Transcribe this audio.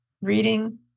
reading